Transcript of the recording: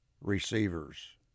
receivers